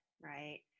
right